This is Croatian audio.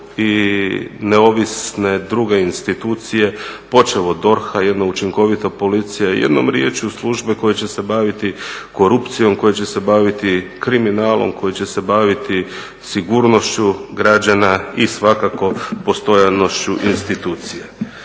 i neovisne druge institucije počev od DORH-a, jedna učinkovita policija. Jednom riječju službe koje će se baviti korupcijom, koje će se baviti kriminalom, koje će se baviti sigurnošću građana i svakako postojanošću institucija.